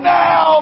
now